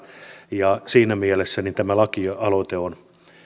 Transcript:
ja siinä mielessä tämä lakialoite on